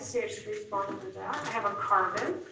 c h three is bonded to that. i have a carbon.